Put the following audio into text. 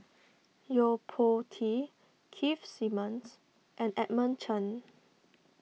Yo Po Tee Keith Simmons and Edmund Chen